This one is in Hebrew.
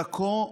בעכו,